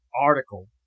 article